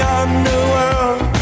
underworld